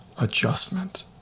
adjustment